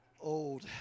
Old